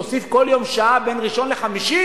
נוסיף כל יום שעה בין ראשון לחמישי,